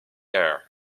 air